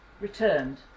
returned